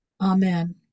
amen